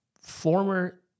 former